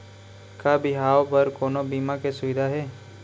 का बिहाव बर कोनो बीमा के सुविधा हे?